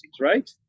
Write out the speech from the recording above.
right